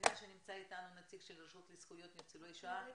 מבינה שנמצא איתנו נציג של הרשות לזכויות ניצולי השואה.